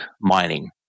mining